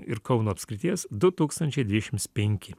ir kauno apskrities du tūkstančiai dvidešims penki